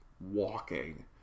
walking